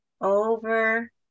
over